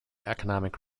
economic